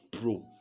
pro